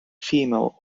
female